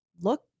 look